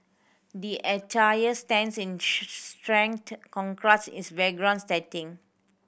the attire stands in its background setting